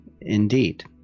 Indeed